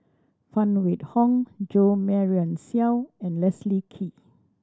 Phan Wait Hong Jo Marion Seow and Leslie Kee